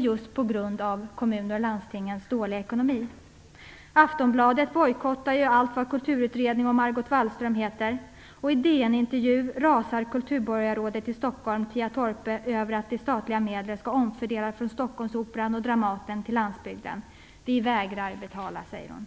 just på grund av kommunernas och landstingens dåliga ekonomi. Aftonbladet bojkottar allt vad kulturutredning och Margot Wallström heter. I en DN-intervju rasar kulturborgarrådet i Stockholm Tjia Torpe över att de statliga medlen skall omfördelas från Operan och Dramaten i Stockholm till landsbygden. Vi vägrar att betala, säger hon.